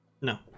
No